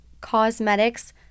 Cosmetics